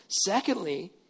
Secondly